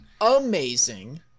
amazing